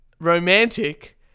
romantic